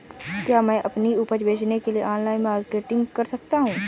क्या मैं अपनी उपज बेचने के लिए ऑनलाइन मार्केटिंग कर सकता हूँ?